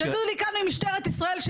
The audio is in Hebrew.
יגידו לי כאן ממשטרת ישראל,